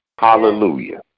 Hallelujah